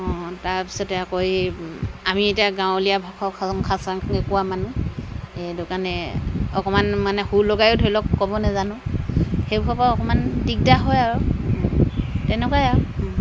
অঁ তাৰপিছতে আকৌ এই আমি এতিয়া গাঁৱলীয়া ভাষা খাচাংকৈ কোৱা মানুহ সেইটো কাৰণে অকমান মানে সুৰ লগাইয়ো ধৰি লওক ক'ব নাজানো সেইবোৰপৰা অকণমান দিগদাৰ হয় আৰু তেনেকুৱাই আও